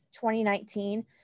2019